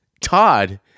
Todd